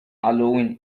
halloween